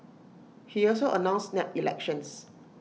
he also announced snap elections